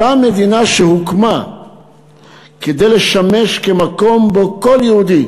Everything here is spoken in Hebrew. אותה מדינה שהוקמה כדי לשמש כמקום שבו כל יהודי